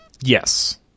Yes